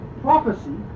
prophecy